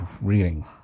reading